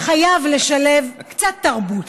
חייבים לשלב קצת תרבות.